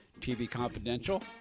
tvconfidential